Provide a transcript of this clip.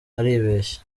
aribeshya